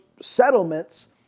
settlements